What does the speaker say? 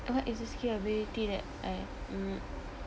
what is a skill or ability that I mm